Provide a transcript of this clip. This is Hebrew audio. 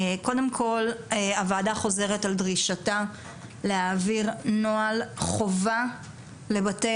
קודם כל הוועדה חוזרת על דרישתה להעביר נוהל חובה לבתי